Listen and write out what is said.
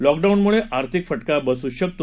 लॉकडाऊनमुळे आर्थिक फटका बसू शकतो